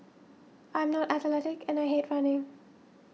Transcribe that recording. I am not athletic and I hate running